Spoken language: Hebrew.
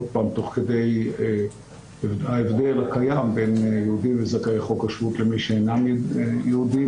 תוך כדי ההבדל הקיים בין יהודים וזכאי חוק השבות למי שאינם יהודים.